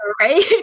right